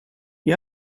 you